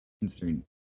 considering